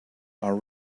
are